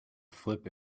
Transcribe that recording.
flip